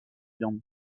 viande